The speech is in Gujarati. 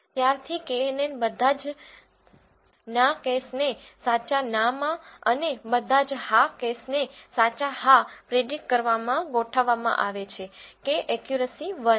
ત્યારથી કેએનએન બધા જ ના કેસને સાચા ના માં અને બધા જ હા કેસને સાચા હા પ્રીડીકટ કરવામાં ગોઠવવામાં આવે છે કે એકયુરસી 1 છે